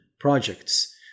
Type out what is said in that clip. projects